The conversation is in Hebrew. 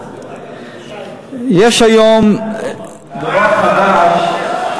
יש היום דבר חדש,